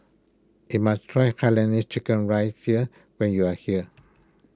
you must try Hainanese Chicken Rice here when you are here